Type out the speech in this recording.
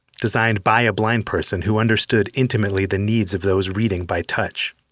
designed by a blind person who understood intimately the needs of those reading by touch.